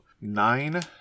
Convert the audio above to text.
nine